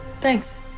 Thanks